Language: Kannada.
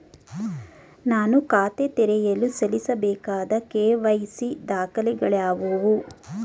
ನಾನು ಖಾತೆ ತೆರೆಯಲು ಸಲ್ಲಿಸಬೇಕಾದ ಕೆ.ವೈ.ಸಿ ದಾಖಲೆಗಳಾವವು?